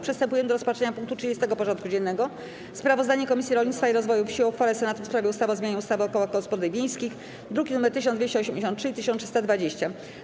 Przystępujemy do rozpatrzenia punktu 30. porządku dziennego: Sprawozdanie Komisji Rolnictwa i Rozwoju Wsi o uchwale Senatu w sprawie ustawy o zmianie ustawy o kołach gospodyń wiejskich (druki nr 1283 i 1320)